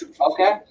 Okay